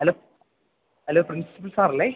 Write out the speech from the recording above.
hello hello principal സാറല്ലേ